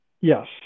Yes